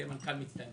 ויהיה מנכ"ל מצטיין,